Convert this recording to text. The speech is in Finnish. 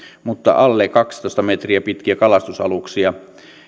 mutta alle kaksitoista metriä pitkiä kalastusaluksia